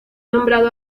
nombrado